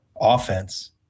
offense